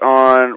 on